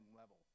level